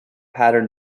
pattern